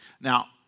Now